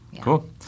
Cool